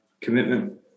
commitment